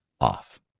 off